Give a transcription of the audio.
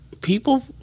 People